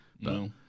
No